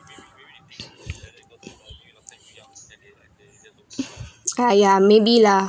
ah ya maybe lah